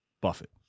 Buffett